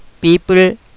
People